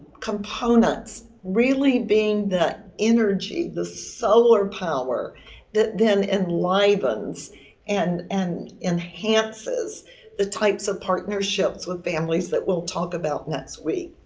components really being the energy the solar power that then enlivens and and enhances the types of partnerships with families that we'll talk about next week.